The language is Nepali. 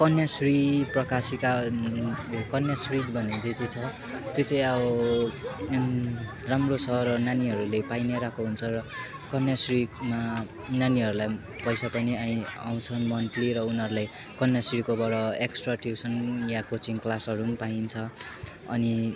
कन्याश्री प्रकाशिका कन्याश्री भन्ने जुन चाहिँ छ त्यो चाहिँ अब राम्रो छ र नानीहरूले पाइ नै रहेको हुन्छ र कन्याश्रीमा नानीहरूलाई पैसा पनि आइ आउँछन् मन्थली र उनीहरूलाई कन्याश्रीकोबाट एक्स्ट्रा ट्युसन या कोचिङ क्लासहरू पनि पाइन्छ अनि